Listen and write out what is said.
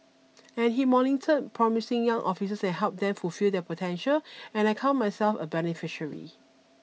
and he monitor promising young officers and helped them fulfill their potential and I count myself a beneficiary